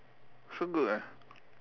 so good ah